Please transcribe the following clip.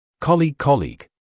Colleague-colleague